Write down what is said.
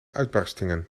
uitbarstingen